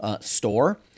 store